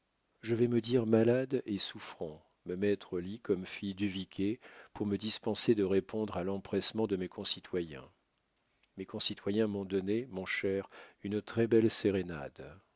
je vais me dire malade et souffrant me mettre au lit comme fit duvicquet pour me dispenser de répondre à l'empressement de mes concitoyens mes concitoyens m'ont donné mon cher une très-belle sérénade